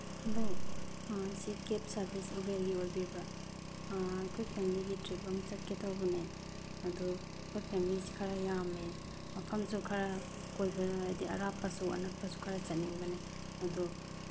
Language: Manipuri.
ꯍꯂꯣ ꯁꯤ ꯀꯦꯞ ꯁꯥꯔꯚꯤꯁ ꯎꯕꯦꯔꯒꯤ ꯑꯣꯏꯕꯤꯕ꯭ꯔ ꯑꯩꯈꯣꯏ ꯐꯦꯃꯤꯂꯤꯒꯤ ꯇ꯭ꯔꯤꯞ ꯑꯃ ꯆꯠꯀꯦ ꯇꯧꯕꯅꯦ ꯑꯗꯨ ꯑꯩꯈꯣꯏ ꯐꯦꯃꯤꯂꯤꯁꯤ ꯈꯔ ꯌꯥꯝꯃꯦ ꯃꯐꯝꯁꯨ ꯈꯔ ꯀꯣꯏꯕ ꯍꯥꯏꯗꯤ ꯑꯔꯥꯞꯄꯁꯨ ꯑꯅꯛꯄꯁꯨ ꯈꯔ ꯆꯠꯅꯤꯡꯕꯅꯦ ꯑꯗꯨ